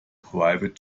private